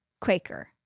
Quaker